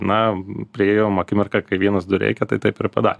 na priėjom akimirką kai vienas du reikia tai taip ir pada